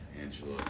Angela